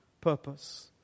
purpose